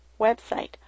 website